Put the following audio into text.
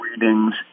readings